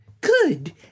good